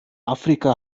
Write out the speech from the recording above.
afrika